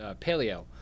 Paleo